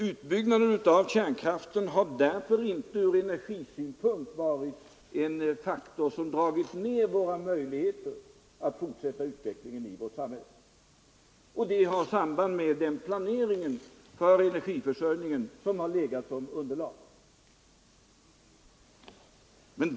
Utbyggnaden av kärnkraften har därför inte från energisynpunkt varit en faktor som dragit ner våra möjligheter att fortsätta utvecklingen i vårt samhälle. Det har samband med den planering för energiförsörjningen som legat som underlag.